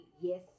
yes